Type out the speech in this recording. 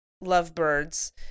lovebirds